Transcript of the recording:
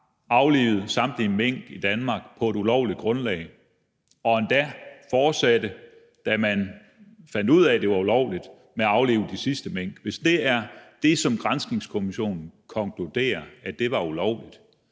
aflivet samtlige mink i Danmark på et ulovligt grundlag og endda fortsatte, da man fandt ud af, at det var ulovligt, med at aflive de sidste mink, altså hvis det, som granskningskommissionen konkluderer, er, at det var ulovligt,